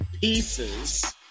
pieces